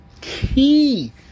key